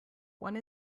one